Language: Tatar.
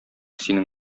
синең